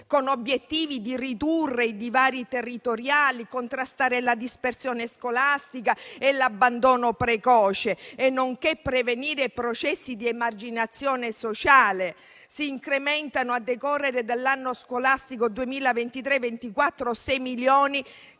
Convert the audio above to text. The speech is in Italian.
gli obiettivi di ridurre i divari territoriali, contrastare la dispersione scolastica e l'abbandono precoce, nonché prevenire processi di emarginazione sociale. Si incrementa, a decorrere dall'anno scolastico 2023-2024, di 6 milioni di